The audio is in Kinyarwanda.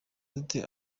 dute